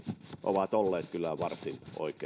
ovat olleet kyllä varsin